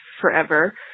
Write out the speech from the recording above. forever